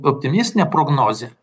optimistinė prognozė